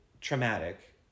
traumatic